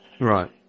right